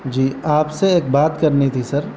جی آپ سے ایک بات کرنی تھی سر